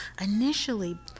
initially